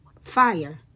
fire